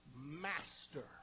Master